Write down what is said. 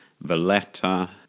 Valletta